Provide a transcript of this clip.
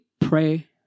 pray